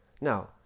Now